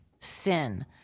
sin